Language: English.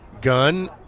Gun